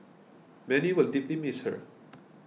many will deeply miss her